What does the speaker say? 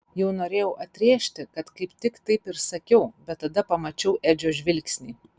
jau norėjau atrėžti kad kaip tik taip ir sakiau bet tada pamačiau edžio žvilgsnį